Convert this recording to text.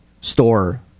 Store